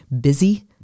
busy